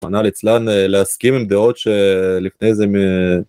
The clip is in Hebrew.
רחמנא ליצלן להסכים עם דעות שלפני זה